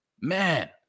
man